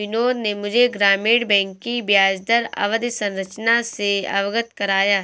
बिनोद ने मुझे ग्रामीण बैंक की ब्याजदर अवधि संरचना से अवगत कराया